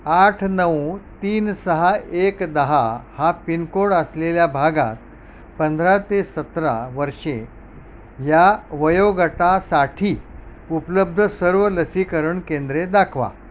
आठ नऊ तीन सहा एक दहा हा पिनकोड असलेल्या भागात पंधरा ते सतरा वर्षे या वयोगटासाठी उपलब्ध सर्व लसीकरण केंद्रे दाखवा